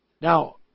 Now